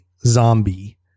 zombie